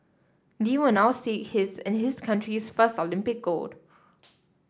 Lee will now seek his and his country's first Olympic gold